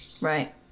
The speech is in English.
Right